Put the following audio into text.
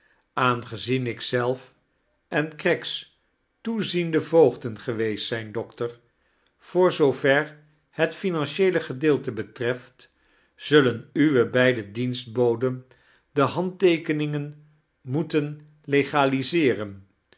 aangezien ik zelf en craggs toeziende voogden geweest zijn doctor voor zoo ver het financieele gedeelte beifcreft zullein uwe beide dienstfoadesn de handteekeningen moeten legaliseea